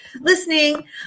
listening